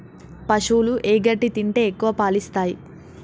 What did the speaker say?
పశువులు ఏ గడ్డి తింటే ఎక్కువ పాలు ఇస్తాయి?